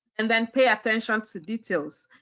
and then pay attention to details.